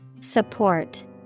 Support